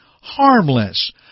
harmless